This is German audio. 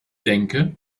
denke